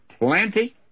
plenty